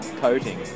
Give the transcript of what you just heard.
coating